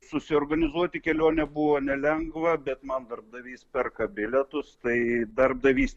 susiorganizuoti kelionę buvo nelengva bet man darbdavys perka bilietus tai darbdavys